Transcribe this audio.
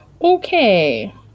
Okay